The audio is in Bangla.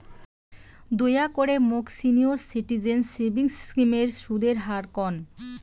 দয়া করে মোক সিনিয়র সিটিজেন সেভিংস স্কিমের সুদের হার কন